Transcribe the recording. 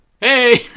hey